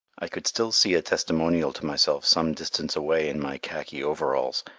i could still see a testimonial to myself some distance away in my khaki overalls,